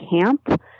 camp